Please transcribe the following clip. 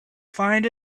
find